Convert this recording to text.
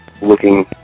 looking